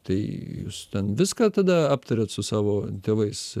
tai jūs ten viską tada aptariat su savo tėvais